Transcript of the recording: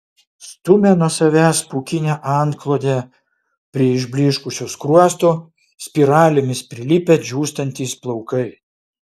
stumia nuo savęs pūkinę antklodę prie išblyškusio skruosto spiralėmis prilipę džiūstantys plaukai